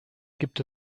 gibt